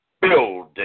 building